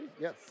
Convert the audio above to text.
Yes